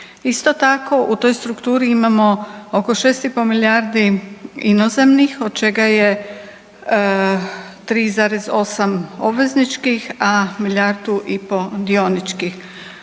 Isto tako u toj strukturi imamo oko 6,5 milijardi inozemnih od čega je 3,8 obvezničkih, a milijardu i pol dioničkih,